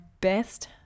best